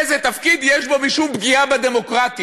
איזה תפקיד יש בו משום פגיעה בדמוקרטיה,